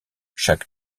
chaque